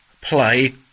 play